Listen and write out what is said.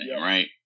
right